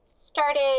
started